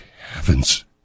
heavens